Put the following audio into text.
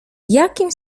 jakim